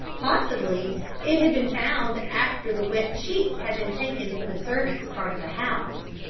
possibly it had been found after the wet sheets had been taken to the servants' part of the house.